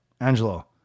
Angelo